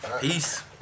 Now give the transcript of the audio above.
Peace